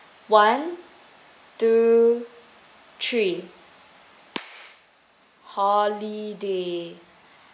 one two three holiday